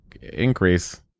increase